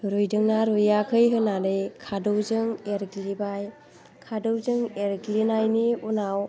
रुइदों ना रुइयाखै होननानै खादौजों एरग्लिबाय खादौजों एरग्लिनायनि उनाव